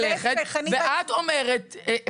להיפך -- ואת אומרת,